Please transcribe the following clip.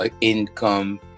income